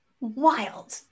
Wild